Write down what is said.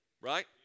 right